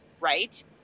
right